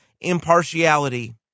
impartiality